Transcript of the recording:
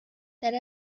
let